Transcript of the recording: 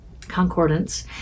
concordance